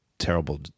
terrible